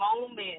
moment